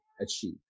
achieve